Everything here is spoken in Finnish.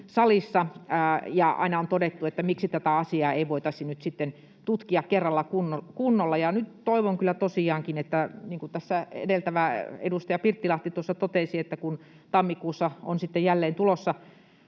salissa, ja aina on todettu, että miksi tätä asiaa ei voitaisi nyt sitten tutkia kerralla kunnolla. Nyt toivon kyllä tosiaankin, niin kuin tässä edeltävä edustaja Pirttilahti totesi, että kun tammikuussa on sitten jälleen tulossa